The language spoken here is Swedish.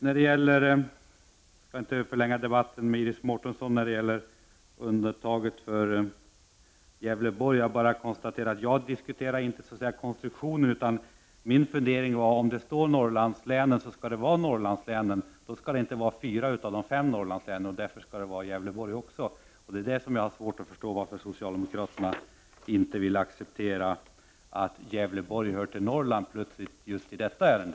Jag skall inte förlänga debatten med Iris Mårtensson när det gäller undantaget för Gävleborg. Jag vill bara konstatera att jag inte diskuterar den konstruktionen. Min fundering var den att Norrlandslänen är fem, inte fyra. Om man talar om Norrlandslänen skall alltså även Gävleborg tas med. Jag har svårt att förstå varför socialdemokraterna just i detta ärende inte vill acceptera att Gävleborg hör till Norrland.